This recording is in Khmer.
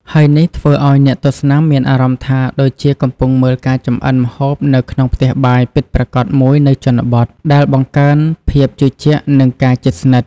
ហើយនេះធ្វើឲ្យអ្នកទស្សនាមានអារម្មណ៍ថាដូចជាកំពុងមើលការចម្អិនម្ហូបនៅក្នុងផ្ទះបាយពិតប្រាកដមួយនៅជនបទ ដែលបង្កើនភាពជឿជាក់ និងការជិតស្និទ្ធ។